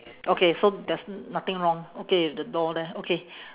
okay so there's nothing wrong okay with the door there okay